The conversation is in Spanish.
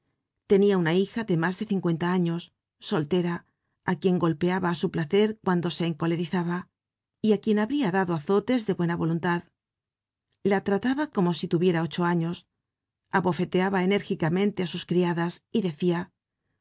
tenia una hija de mas de cincuenta años soltera á quien golpeaba á su placer cuando se encolerizaba y á quien habria dado azotes de buena voluntad la trataba como si tuviera ocho años abofeteaba enérgicamente á sus criadas y decia